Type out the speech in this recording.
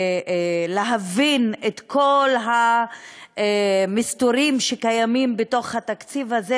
ולהבין את כל המסתורים שקיימים בתוך התקציב הזה,